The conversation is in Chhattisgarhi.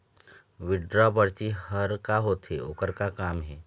विड्रॉ परची हर का होते, ओकर का काम हे?